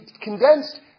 condensed